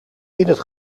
het